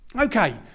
Okay